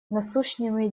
насущными